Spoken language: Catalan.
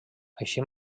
així